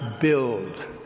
build